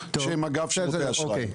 שהם אגב שירותי אשראי.